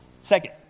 Second